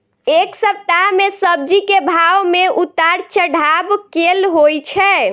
एक सप्ताह मे सब्जी केँ भाव मे उतार चढ़ाब केल होइ छै?